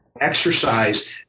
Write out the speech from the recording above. exercise